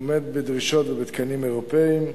הוא עומד בדרישות ותקנים אירופיים,